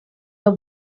your